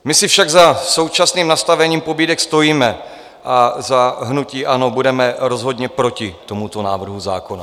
My si však za současným nastavením pobídek stojíme a za hnutí ANO budeme rozhodně proti tomuto návrhu zákona.